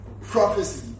prophecy